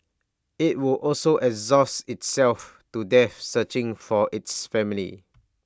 IT would also exhaust itself to death searching for its family